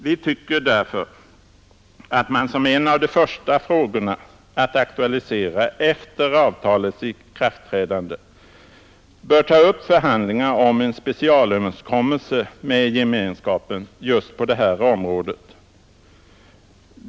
Vi tycker därför att en av de första frågorna att aktualisera efter EEC-avtalets ikraftträdande bör vara förhandlingar om en specialöverenskommelse med gemenskapen just på det här området.